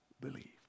believe